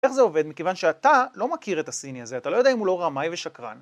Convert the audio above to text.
איך זה עובד? מכיוון שאתה לא מכיר את הסיני הזה, אתה לא יודע אם הוא לא רמאי ושקרן.